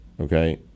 okay